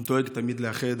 הוא דואג תמיד לאחד.